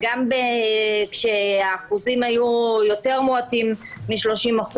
אבל גם כשהאחוזים היו יותר מועטים מ-30%,